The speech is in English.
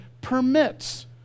permits